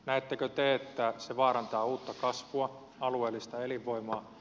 näettekö te että se vaarantaa uutta kasvua alueellista elinvoimaa